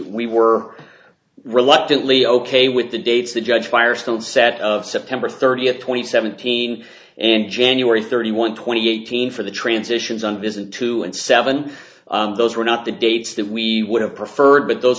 we were reluctantly ok with the dates the judge firestone set of september thirtieth twenty seventeen and january thirty one twenty eighteen for the transitions on visit two and seven those were not the dates that we would have preferred but those